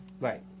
Right